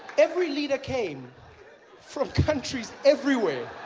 every leader came from countries everywhere